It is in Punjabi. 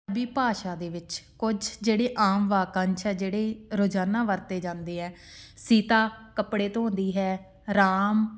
ਵੀ ਭਾਸ਼ਾ ਦੇ ਵਿੱਚ ਕੁਝ ਜਿਹੜੇ ਆਮ ਵਾਕੰਸ਼ ਹੈ ਜਿਹੜੇ ਰੋਜ਼ਾਨਾ ਵਰਤੇ ਜਾਂਦੇ ਹੈ ਸੀਤਾ ਕੱਪੜੇ ਧੋਂਦੀ ਹੈ ਰਾਮ